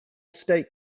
state